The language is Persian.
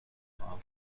خواهم